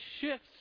shifts